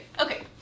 Okay